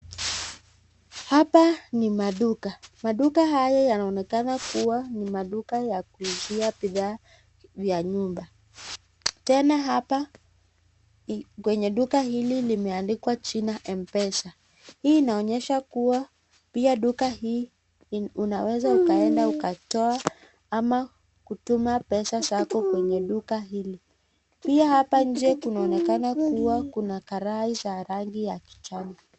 Hapa ni maduka. Maduka haya yanaonekana kuwa ni maduka ya kuuzia bidhaa vya nyumba. Tena hapa kwenye duka hili limeandikwa jina M-pesa. Hii inaonyesha kuwa, pia duka hii unaweza ukaenda ukatoa ama kutuma pesa zako kwenye duka hili. Pia hapa nje kunaonekana kuwa kuna karai za rangi ya kijani.